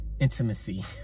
intimacy